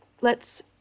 lets